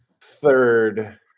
third –